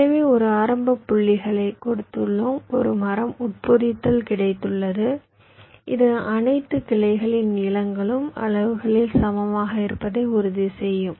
எனவே ஒரு ஆரம்ப புள்ளிகளைக் கொடுத்துள்ளோம் ஒரு மரம் உட்பொதித்தல் கிடைத்துள்ளது இது அனைத்து கிளைகளின் நீளங்களும் அளவுகளில் சமமாக இருப்பதை உறுதி செய்யும்